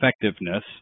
effectiveness